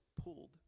pulled